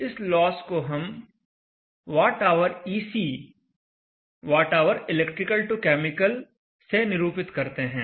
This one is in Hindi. इस लॉस को हम Whec वॉटऑवर इलेक्ट्रिकल टु केमिकल से निरूपित करते हैं